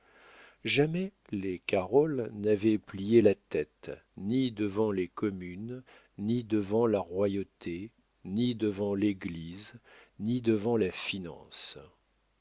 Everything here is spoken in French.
jamais les carol n'avaient plié la tête ni devant les communes ni devant la royauté ni devant l'église ni devant la finance